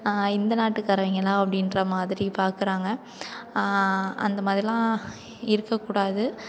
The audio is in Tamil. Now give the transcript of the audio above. இந்த நாட்டுக்காரங்களா அப்படின்ற மாதிரி பார்க்கறாங்க அந்த மாதிரிலாம் இருக்கக்கூடாது